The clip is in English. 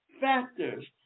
Factors